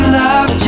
love